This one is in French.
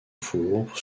four